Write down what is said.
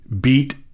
beat